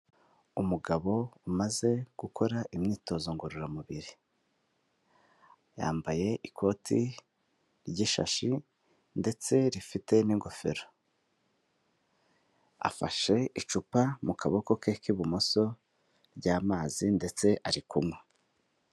Umugabo umaze gukora imyitozo ngororamubiri, yambaye ikoti ry'ishashi ndetse rifite n'ingofero, afashe icupa mu kaboko ke k'ibumoso ry'amazi ndetse ari kunywa.